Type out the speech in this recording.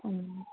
ಹ್ಞೂ